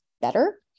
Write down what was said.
better